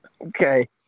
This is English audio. Okay